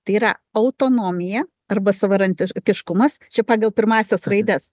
tai yra autonomiją arba savaranti kiškumas čia pagal pirmąsias raides